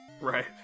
right